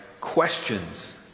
questions